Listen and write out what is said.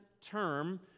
term